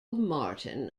martin